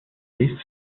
lived